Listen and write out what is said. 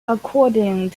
according